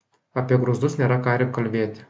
apie grūzdus nėra ką ir kalbėti